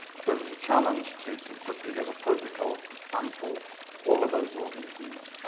so it was a challenge to to put together protocols to sample all of those organisms.